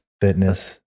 Fitness